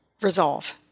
resolve